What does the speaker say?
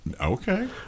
Okay